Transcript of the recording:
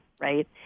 right